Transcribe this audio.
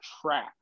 track